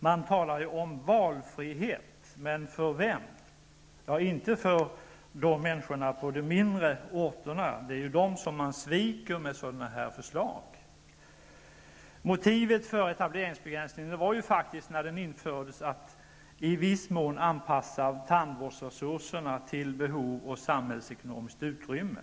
Man talar om valfrihet, men för vem? Inte blir det för människorna på de mindre orterna. Det är dem man sviker med sådana här förslag. När etableringsbegränsningen infördes var motivet faktiskt att i viss mån anpassa tandvårdsresurserna till behov och samhällsekonomiskt utrymme.